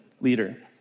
leader